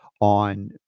on